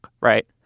right